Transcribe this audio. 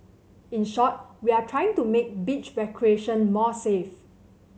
in short we are trying to make beach recreation more safe